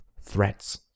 threats